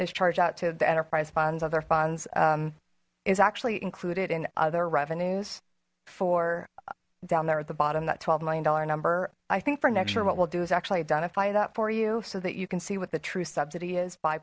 is charged out to the enterprise funds other funds is actually included in other revenues for down there at the bottom that twelve million dollar number i think for next year what we'll do is actually identify that for you so that you can see what the true subsidy is by